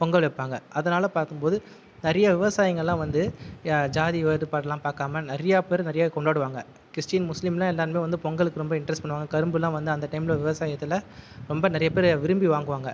பொங்கல் வைப்பாங்க அதனால் பார்க்கும் போது நிறைய விவசாயங்கலாம் வந்து ஜாதி வேறுபாடுலாம் பார்க்காம நிறைய பேர் நிறைய கொண்டாடுவாங்கள் கிறிஸ்டின் முஸ்லிம் எல்லோருமே வந்து பொங்கலுக்கு வந்து ரொம்ப இன்ட்ரஸ்ட் பண்ணுவாங்கள் கரும்பு எல்லாம் வந்து அந்த டைமில் வந்து விவசாயதுலா ரொம்ப நிறைய பேர் விரும்பி வாங்குவாங்க